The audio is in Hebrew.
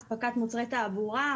אספקת מוצרי תעבורה,